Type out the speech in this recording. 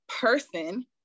person